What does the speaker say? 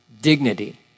dignity